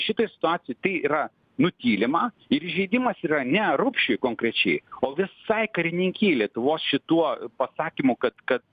šitoj situacijoj tai yra nutylima ir įžeidimas yra ne rupšiui konkrečiai o visai karininkijai lietuvos šituo pasakymu kad kad